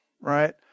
right